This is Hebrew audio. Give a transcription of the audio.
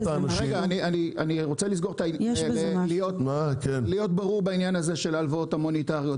אני רוצה להיות ברור בעניין הזה של ההלוואות המוניטריות.